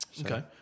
Okay